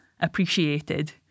appreciated